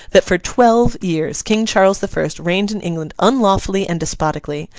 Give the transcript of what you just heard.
that for twelve years king charles the first reigned in england unlawfully and despotically,